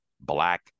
black